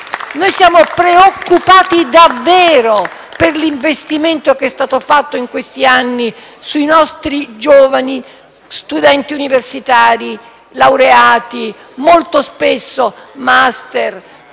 Noi siamo preoccupati davvero per l'investimento che è stato fatto in questi anni sui nostri giovani, studenti universitari, laureati, molto spesso con *master*